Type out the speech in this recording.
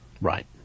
Right